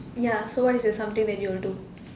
ya so what is the something that you will do